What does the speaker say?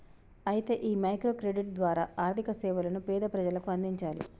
అయితే ఈ micro credit ద్వారా ఆర్థిక సేవలను పేద ప్రజలకు అందించాలి